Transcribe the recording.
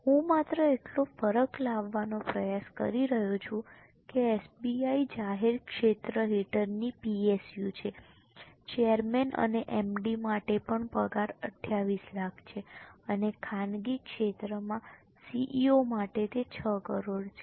હું માત્ર એટલો ફરક લાવવાનો પ્રયાસ કરી રહ્યો છું કે SBI જાહેર ક્ષેત્ર હેઠળની PSU છે ચેરમેન અને MD માટે પણ પગાર 28 લાખ છે અને ખાનગી ક્ષેત્રમાં CEO માટે તે 6 કરોડ છે